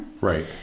Right